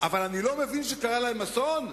אבל אני לא מבין שקרה להם אסון?